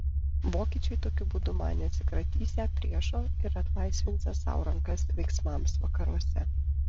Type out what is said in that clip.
vokiečiai tokiu būdu manė atsikratysią priešo ir atlaisvinsią sau rankas veiksmams vakaruose